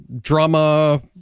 drama